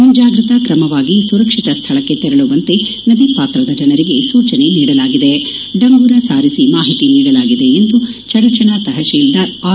ಮುಂಜಾಗ್ರತಾ ಕ್ರಮವಾಗಿ ಸುರಕ್ಷಿತ ಸ್ಥಳಕ್ಕೆ ತೆರಳುವಂತೆ ನದಿಪಾತ್ರದ ಜನರಿಗೆ ಸೂಚನೆ ನೀಡಲಾಗಿದೆ ಡಂಗುರ ಸಾರಿಸಿ ಮಾಹಿತಿ ನೀಡಲಾಗಿದೆ ಎಂದು ಚಡಚಣ ತಹಶೀಲ್ದಾರ್ ಆರ್